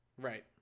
Right